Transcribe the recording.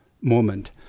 moment